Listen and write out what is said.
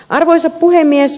arvoisa puhemies